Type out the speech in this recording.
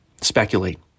speculate